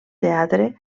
teatre